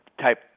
type